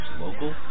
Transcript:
local